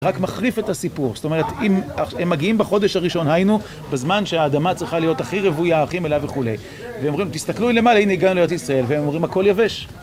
רק מחריף את הסיפור, זאת אומרת, אם הם מגיעים בחודש הראשון, היינו בזמן שהאדמה צריכה להיות הכי רוויה, הכי מלאה וכולי. ואומרים, תסתכלו למעלה, הנה הגענו לארץ ישראל, והם אומרים, הכל יבש.